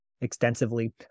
extensively